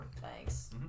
Thanks